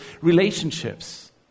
relationships